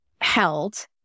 held